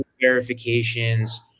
verifications